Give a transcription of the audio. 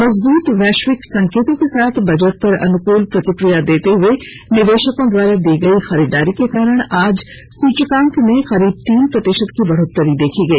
मजबूत वैश्विक संकेतों के साथ बजट पर अनुकूल प्रतिक्रिया देते हुए निवेशकों द्वारा की गई खरीदारी के कारण आज सुचकांक में करीब तीन प्रतिशत की बढ़ोतरी देखी गई